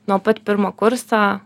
nuo pat pirmo kurso